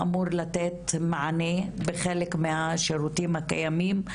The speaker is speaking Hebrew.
אמור לתת מענה בחלק מהשירותים הקיימים,